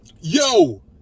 Yo